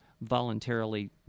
voluntarily